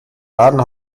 laden